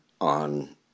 on